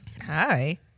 Hi